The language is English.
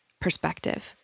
perspective